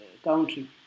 country